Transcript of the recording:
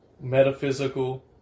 metaphysical